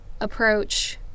approach